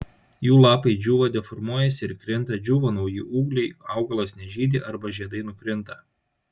jų lapai džiūva deformuojasi ir krinta džiūva nauji ūgliai augalas nežydi arba žiedai nukrinta